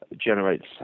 generates